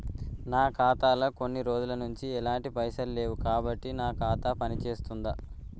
నా ఖాతా లో కొన్ని రోజుల నుంచి ఎలాంటి పైసలు లేవు కాబట్టి నా ఖాతా పని చేస్తుందా?